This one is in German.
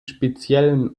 speziellen